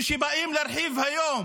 וכשבאים להרחיב היום